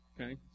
okay